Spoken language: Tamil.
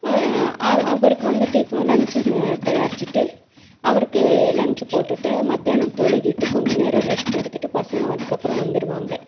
அவருக்கு வந்து டிஃபன் லஞ்ச்சு தயாரிச்சிவிட்டு அவருக்கு லஞ்ச்சு போட்டுவிட்டு மத்தியானம் தொழுகிட்டு கொஞ்ச நேரம் ரெஸ்ட் எடுத்துவிட்டு பசங்க அதுக்கப்புறம் வந்துருவாங்க